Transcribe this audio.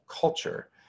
culture